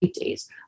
days